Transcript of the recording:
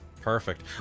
Perfect